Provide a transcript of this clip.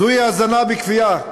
זוהי הזנה בכפייה.